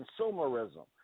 consumerism